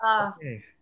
okay